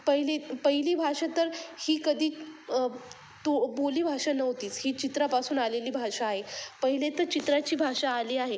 पहिले पहिली भाषा तर ही कधी तो बोली भाषा नव्हतीच ही चित्रापासून आलेली भाषा आहे पहिले तर चित्राची भाषा आली आहे